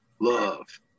love